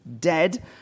dead